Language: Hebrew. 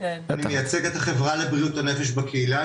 אני מייצג את החברה לבריאות הנפש בקהילה,